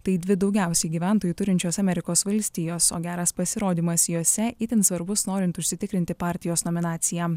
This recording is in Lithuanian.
tai dvi daugiausiai gyventojų turinčios amerikos valstijos o geras pasirodymas jose itin svarbus norint užsitikrinti partijos nominaciją